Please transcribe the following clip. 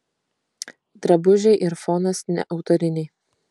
drabužiai ir fonas neautoriniai